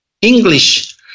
English